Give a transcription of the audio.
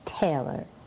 Taylor